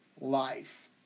life